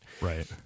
Right